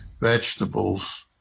vegetables